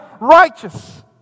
Righteous